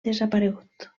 desaparegut